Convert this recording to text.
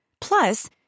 Plus